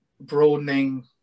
broadening